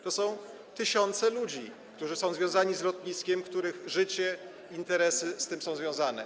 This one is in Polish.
To są tysiące ludzi, którzy są związani z lotniskiem, których życie, interesy są z tym związane.